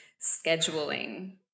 scheduling